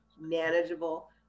manageable